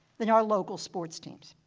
than our local sports teams.